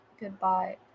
Goodbye